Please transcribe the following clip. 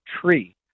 tree